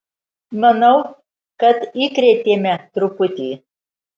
manau kad įkrėtėme truputį